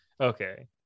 Okay